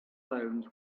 loans